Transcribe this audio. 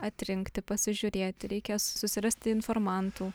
atrinkti pasižiūrėti reikia susirasti informantų